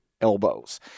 elbows